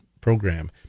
program